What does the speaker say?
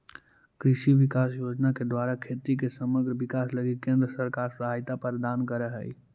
कृषि विकास योजना के द्वारा खेती के समग्र विकास लगी केंद्र सरकार सहायता प्रदान करऽ हई